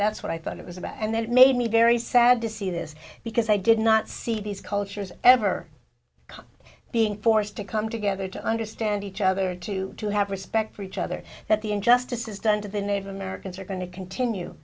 that's what i thought it was about and that made me very sad to see this because i did not see these cultures ever come being forced to come together to understand each other to to have respect for each other that the injustices done to the native americans are going to continue